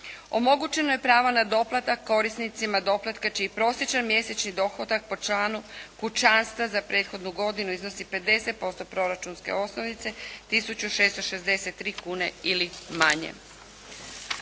Omogućeno je pravo na doplatak korisnicima doplatka čiji je prosječan mjesečni dohodak po članu kućanstva za prethodnu godinu iznosi 50% proračunske osnovice 1663 kune ili manje.